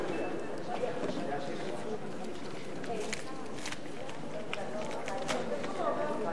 סעיפים 1 4 נתקבלו.